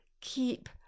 keep